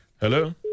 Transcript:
Hello